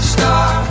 Star